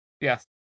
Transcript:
Yes